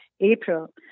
April